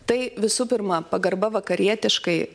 tai visų pirma pagarba vakarietiškai